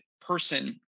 person